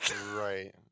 right